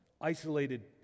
isolated